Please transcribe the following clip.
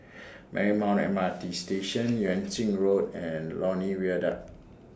Marymount M R T Station Yuan Ching Road and Lornie Viaduct